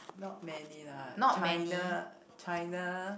not many lah China China